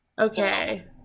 Okay